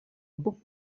book